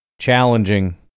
challenging